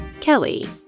Kelly